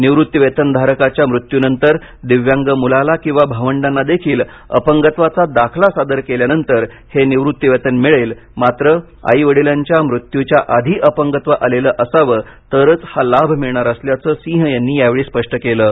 निवृत्तीवेतन धारकाच्या मृत्यूनंतर दिव्यांग मुलाला किंवा भावंडांनादेखील अपंगत्वाचा दाखला सादर केल्यानंतर हे निवृत्तीवेतन मिळेल मात्र आई वडिलांच्या मृत्यूच्या आधी अपंगत्व आलेलं असावं तरच हा लाभ मिळणार असल्याचं सिंह यांनी यावेळी स्पष्ट केलं आहे